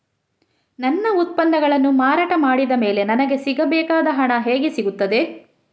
ನನ್ನ ಉತ್ಪನ್ನಗಳನ್ನು ಮಾರಾಟ ಮಾಡಿದ ಮೇಲೆ ನನಗೆ ಸಿಗಬೇಕಾದ ಹಣ ಹೇಗೆ ಸಿಗುತ್ತದೆ?